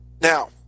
Now